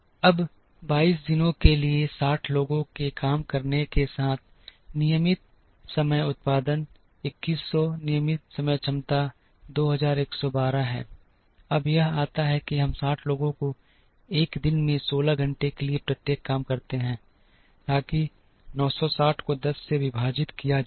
अब 22 दिनों के लिए 60 लोगों के काम करने के साथ नियमित समय उत्पादन 2100 नियमित समय क्षमता 2112 है अब यह आता है कि हम 60 लोगों को एक दिन में 16 घंटे के लिए प्रत्येक काम करते हैं ताकि 960 को 10 से विभाजित किया जाए